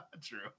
true